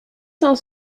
cinq